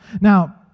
Now